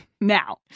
Now